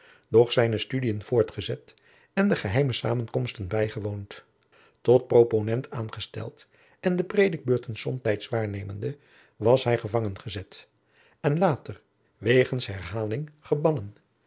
zijne studiën voortgezet en de geheime samenkomsten bijgewoond tot proponent aangesteld en de predikbeurten somtijds waarnemende was hij gevangen gezet en later wegens herhaling gebannen